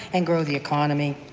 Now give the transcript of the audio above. and grow the economy.